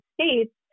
States